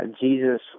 Jesus